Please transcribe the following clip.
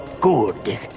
Good